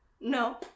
no